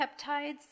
peptides